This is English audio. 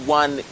one